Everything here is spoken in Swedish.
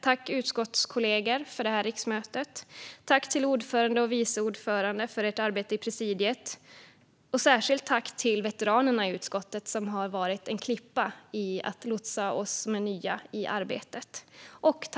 Tack, utskottskollegor, för detta riksmöte! Tack till ordföranden och vice ordföranden för ert arbete i presidiet! Särskilt tack till veteranerna i utskottet, som har varit en klippa i att lotsa oss som är nya i arbetet!